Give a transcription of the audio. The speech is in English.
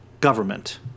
government